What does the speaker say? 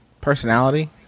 Personality